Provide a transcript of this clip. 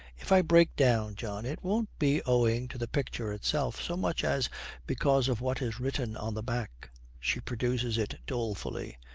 if i break down, john, it won't be owing to the picture itself so much as because of what is written on the back she produces it dolefully.